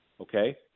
Okay